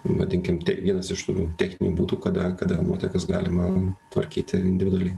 vadinkim vienas iš tų techninių būdų kada kada nuotekas galima tvarkyti individualiai